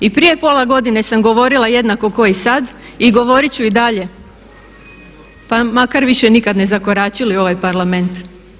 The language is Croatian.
I prije pola godine sam govorila jednako kao i sada i govorit ću i dalje, pa makar više nikada ne zakoračili u ovaj Parlament.